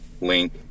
link